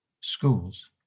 Schools